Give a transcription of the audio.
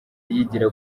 yigira